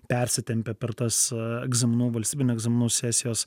persitempė per tas egzaminų valstybinių egzaminų sesijos